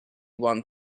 one